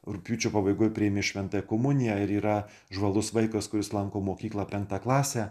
rugpjūčio pabaigoje priėmė šventąją komuniją ir yra žvalus vaikas kuris lanko mokyklą penktą klasę